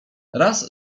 raz